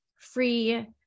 free